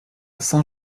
saint